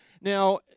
Now